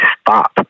stop